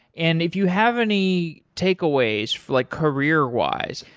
and if you have any takeaways, like career-wise.